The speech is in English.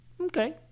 Okay